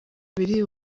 biri